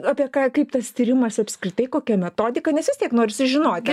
apie ką kaip tas tyrimas apskritai kokia metodika nes vis tiek norisi žinoti